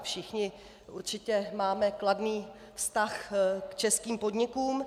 Všichni určitě máme kladný vztah k českým podnikům.